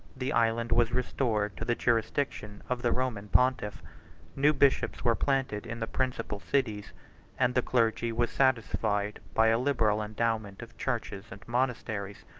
the island was restored to the jurisdiction of the roman pontiff new bishops were planted in the principal cities and the clergy was satisfied by a liberal endowment of churches and monasteries.